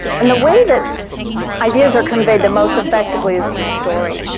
and the way that ideas are conveyed the most effectively is through story.